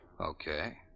Okay